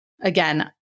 again